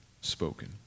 spoken